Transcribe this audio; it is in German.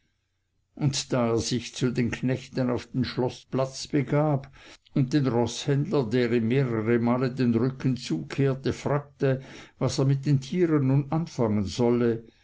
und da er sich zu den knechten auf den schloßplatz begab und den roßhändler der ihm mehreremal den rücken zukehrte fragte was er mit den tieren nun anfangen solle